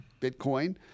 Bitcoin